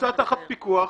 נמצא תחת פיקוח.